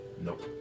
Nope